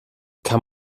kann